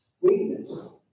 Weakness